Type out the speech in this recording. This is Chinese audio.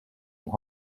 情况